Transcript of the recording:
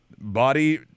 body